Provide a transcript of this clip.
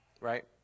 right